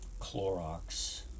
Clorox